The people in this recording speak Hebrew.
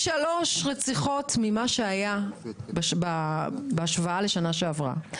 שלוש רציחות ממה שהיה בהשוואה לשנה שעברה.